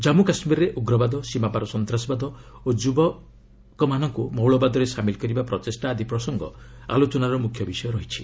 ଜାମ୍ମୁକାଶ୍କୀରରେ ଉଗ୍ରବାଦ ସୀମାପାର ସନ୍ତାସବାଦ ଓ ଯୁବକମାନଙ୍କୁ ମୌଳବାଦରେ ସାମିଲ କରିବା ପ୍ରଚେଷ୍ଟା ଆଦି ପ୍ରସଙ୍ଗ ଆଲୋଚନାର ମୁଖ୍ୟ ବିଷୟ ରହିଛି